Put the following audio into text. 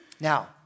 Now